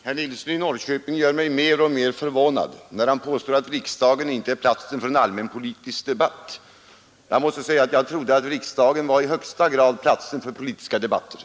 Fru talman! Herr Nilsson i Norrköping gör mig mer och mer förvånad när han påstår att riksdagen inte är platsen för en allmänpolitisk debatt. Jag trodde att riksdagen i högsta grad var platsen för politiska debatter.